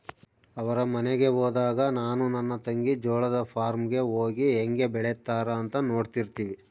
ಅವರ ಮನೆಗೆ ಹೋದಾಗ ನಾನು ನನ್ನ ತಂಗಿ ಜೋಳದ ಫಾರ್ಮ್ ಗೆ ಹೋಗಿ ಹೇಂಗೆ ಬೆಳೆತ್ತಾರ ಅಂತ ನೋಡ್ತಿರ್ತಿವಿ